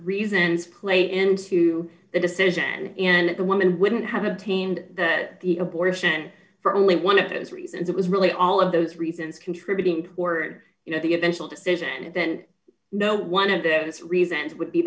reasons play into the decision and that the woman wouldn't have obtained that the abortion for only one of those reasons it was really all of those reasons contributing towards you know the eventual decision and then no one of those reasons would be